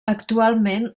actualment